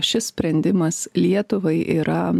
šis sprendimas lietuvai yra